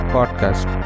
Podcast